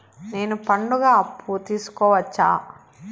నేను పండుగ అప్పు తీసుకోవచ్చా?